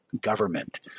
government